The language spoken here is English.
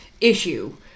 issue